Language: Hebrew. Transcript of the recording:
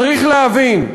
צריך להבין,